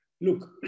Look